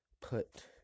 Put